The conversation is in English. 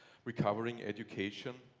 we're covering education.